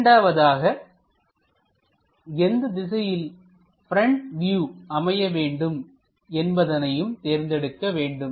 இரண்டாவதாக எந்த திசையில் ப்ரெண்ட் வியூ அமைய வேண்டும் என்பதனையும் தேர்ந்தெடுக்க வேண்டும்